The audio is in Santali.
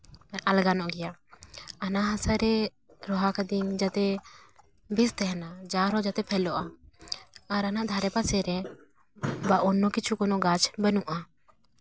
ᱟᱞᱜᱟ ᱱᱚᱜ ᱜᱮᱭᱟ ᱚᱱᱟ ᱦᱟᱥᱟᱨᱮ ᱨᱚᱦᱚᱭ ᱠᱟᱹᱫᱟᱹᱧ ᱡᱟᱛᱮ ᱵᱮᱥ ᱛᱟᱦᱮᱱᱟ ᱡᱟᱨ ᱦᱚᱸ ᱡᱟᱛᱮ ᱯᱷᱮᱞᱚᱜᱼᱟ ᱟᱨ ᱚᱱᱟ ᱫᱷᱟᱨᱮ ᱯᱟᱥᱮᱨᱮ ᱵᱟ ᱚᱱᱱᱚ ᱠᱤᱪᱷᱩ ᱠᱳᱱᱳ ᱜᱟᱪᱷ ᱵᱟᱹᱱᱩᱜᱼᱟ